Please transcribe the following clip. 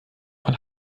von